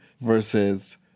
versus